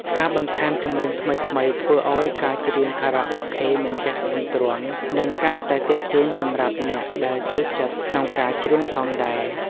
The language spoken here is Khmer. ការបន្ថែមចម្រៀងថ្មីៗធ្វើឱ្យការច្រៀងខារ៉ាអូខេមិនចេះធុញទ្រាន់ និងកាន់តែទាក់ទាញសម្រាប់អ្នកដែលចូលចិត្តក្នុងការច្រៀងផងដែរ។